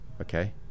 okay